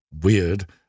weird